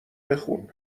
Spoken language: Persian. بخون